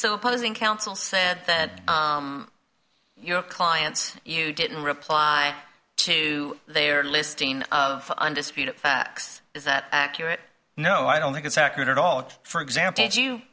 opposing counsel said that your clients you didn't reply to their listing of undisputed facts is that accurate no i don't think it's accurate at all for example wou